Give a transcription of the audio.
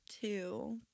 two